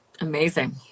Amazing